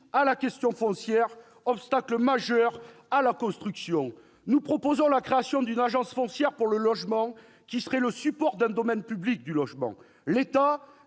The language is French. à la question foncière, obstacle majeur à la construction. Nous proposons la création d'une agence foncière pour le logement, qui serait le support d'un domaine public du logement. L'État,